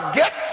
get